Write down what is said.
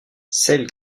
celle